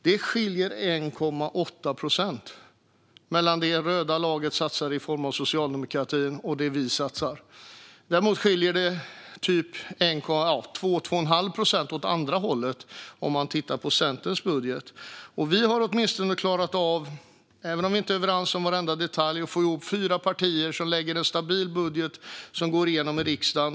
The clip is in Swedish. Det skiljer 1,8 procent mellan vad det röda laget, socialdemokratin, satsar och vad vi satsar. Däremot skiljer det sig med 2 till 2 1⁄2 procent åt andra hållet om man tittar på Centerns budget. Även om vi inte är överens om varenda detalj är det fyra partier som lägger fram en stabil budget som kommer att gå igenom i riksdagen.